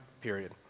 period